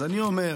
אז אני אומר